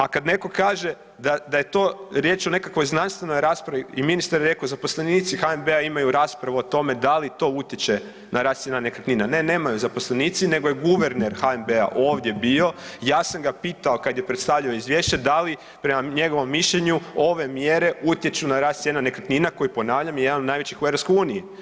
A kada neko kaže da je to riječ o nekakvoj znanstvenoj raspravi i ministar je rekao zaposlenici HNB-a imaju raspravu o tome da li to utječe na rast cijena nekretnina, ne nemaju zaposlenici nego je guverner HNB-a ovdje bio i ja sam ga pitao kada je predstavljao izvješće da li prema njegovom mišljenju ove mjere utječu na rast cijena nekretnina, koje ponavljam, je jedan od najvećih u EU.